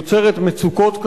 היא יוצרת מצוקות קשות.